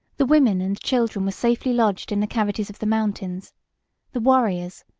the women and children were safely lodged in the cavities of the mountains the warriors,